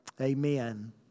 Amen